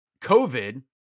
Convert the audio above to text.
COVID